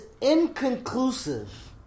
inconclusive